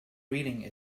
reading